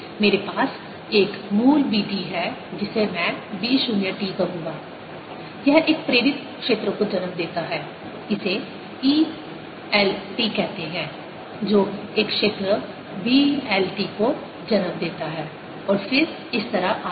मेरे पास एक मूल B t है जिसे मैं B 0 t कहूंगा यह एक प्रेरित क्षेत्र को जन्म देता है इसे E 1 t कहते हैं जो एक क्षेत्र B 1 t को जन्म देता है और फिर इस तरह आगे